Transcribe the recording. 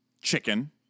Chicken